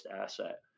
asset